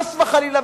חס וחלילה,